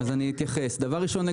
דבר ראשון,